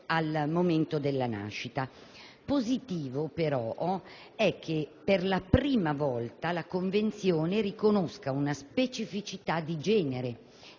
al momento della nascita. Positivo, però, è che per la prima volta la Convenzione riconosca una specificità di genere